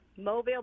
Mobile